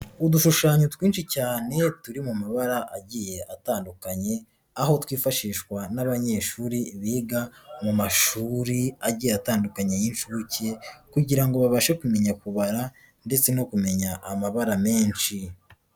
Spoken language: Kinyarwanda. Udushushanyo twinshi cyane turi mu mabara agiye atandukanye, aho twifashishwa n'abanyeshuri biga mu mashuri agiye atandukanye y'incuke kugira ngo babashe kumenya kubara ndetse no kumenya amabara menshi.